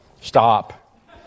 stop